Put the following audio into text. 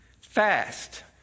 Fast